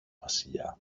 βασιλιά